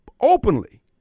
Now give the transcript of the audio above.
openly